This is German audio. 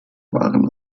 waren